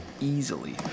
easily